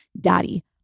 daddy